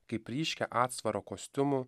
kaip ryškią atsvarą kostiumų